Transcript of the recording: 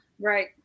Right